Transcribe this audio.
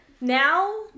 Now